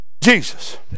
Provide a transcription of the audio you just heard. Jesus